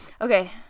Okay